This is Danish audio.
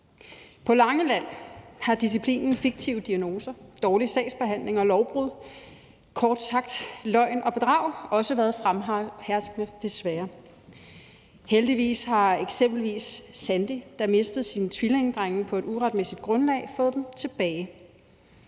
På Langeland har disciplinen fiktive diagnoser, dårlig sagsbehandling og lovbrud, kort sagt løgn og bedrag, også været fremherskende, desværre. Heldigvis har eksempelvis Sandie, der mistede sine tvillingedrenge på et uretmæssigt grundlag, fået dem tilbage.